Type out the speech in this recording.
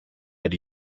had